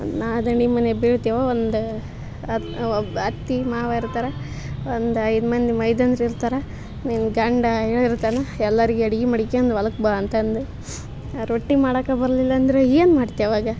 ನಾ ದಣಿ ಮನ್ಯಾ ಬೀಳ್ತ್ಯೋ ಒಂದು ಅದ್ ಒ ಬ್ ಅತ್ತಿ ಮಾವ ಇರ್ತಾರ ಒಂದು ಐದು ಮಂದಿ ಮೈದುನ್ರು ಇರ್ತಾರ ನಿನ್ನ ಗಂಡ ಹೇಳಿರ್ತಾನ ಎಲ್ಲರಿಗೂ ಅಡಿಗೆ ಮಾಡ್ಕ್ಯಂಡು ಹೊಲಕ್ಕೆ ಬಾ ಅಂತಂದು ಆ ರೊಟ್ಟಿ ಮಾಡಕ ಬರ್ಲಿಲ್ಲ ಅಂದ್ರ ಏನು ಮಾಡ್ತಿ ಅವಾಗ